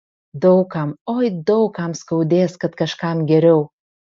daug kam oi daug kam skaudės kad kažkam geriau